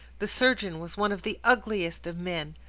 the surgeon was one of the ugliest of men,